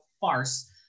farce